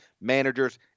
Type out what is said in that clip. managers